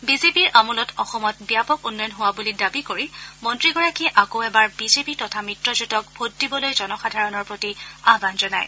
বিজেপিৰ আমোলত অসমত ব্যাপক উন্নয়ন হোৱা বুলি দাবী কৰি মন্ত্ৰীগৰাকীয়ে আকৌ এবাৰ বিজেপি তথা মিত্ৰজোঁটক ভোট দিবলৈ জনসাধাৰণৰ প্ৰতি আহান জনায়